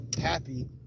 happy